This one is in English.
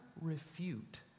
refute